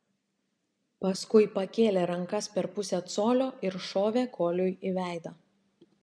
paskui pakėlė rankas per pusę colio ir šovė koliui į veidą